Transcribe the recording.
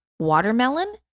Watermelon